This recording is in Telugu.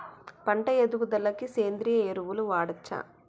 పంట ఎదుగుదలకి సేంద్రీయ ఎరువులు వాడచ్చా?